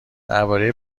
درباره